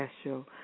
special